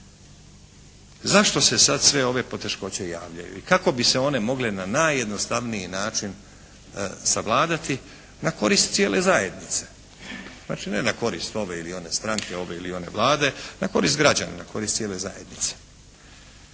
Zašto se sad sve ove poteškoće javljaju? I kako bi se one mogle na najjednostavniji način savladati na korist cijele zajednice? Znači, ne na korist ove ili one stranke, ove ili one Vlade, na korist građana, na korist cijele zajednice.